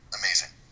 amazing